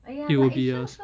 it will be a